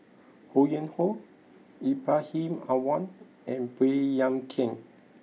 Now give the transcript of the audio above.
Ho Yuen Hoe Ibrahim Awang and Baey Yam Keng